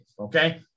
okay